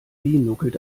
nuckelt